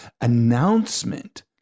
announcement